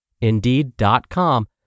Indeed.com